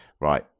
Right